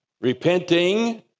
repenting